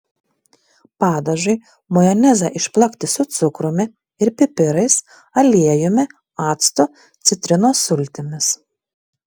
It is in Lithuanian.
padažui majonezą išplakti su cukrumi ir pipirais aliejumi actu citrinos sultimis